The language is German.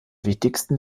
wichtigsten